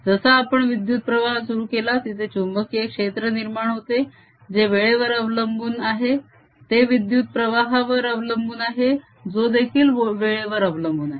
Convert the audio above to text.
जसा आपण विद्युत प्रवाह सुरु केला तिथे चुंबकीय क्षेत्र निर्माण होते जे वेळेवर अवलंबून आहे ते विद्युत प्रवाहावर अवलंबून आहे जो देखील वेळेवर अवलंबून आहे